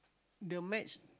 the match